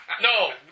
No